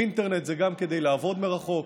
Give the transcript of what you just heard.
אינטרנט זה גם כדי לעבוד מרחוק,